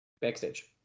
backstage